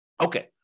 Okay